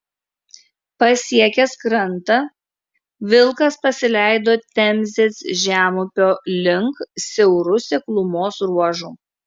pasiekęs krantą vilkas pasileido temzės žemupio link siauru seklumos ruožu